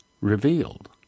Revealed